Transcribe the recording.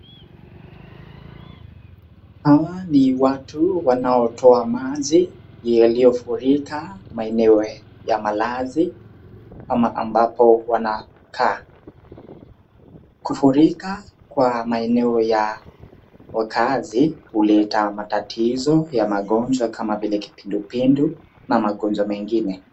Hawa ni watu wanaotoa maji yaliyofurika maeneo ya malazi ama ambapo wanakaa. Kufurika kwa maeneao ya makaazi huleta matatizo ya magojwa kama vile Kipindupindu na magonjwa mengine